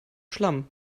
schlamm